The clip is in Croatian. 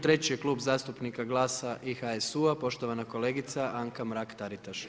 Treći je Klub zastupnika GLAS-a i HUS-a, poštovana kolegica Anka Mrak-Taritaš.